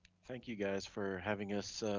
thank you guys for having us